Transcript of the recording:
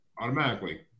automatically